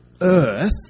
earth